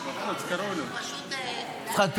יצחק פינדרוס, בבקשה,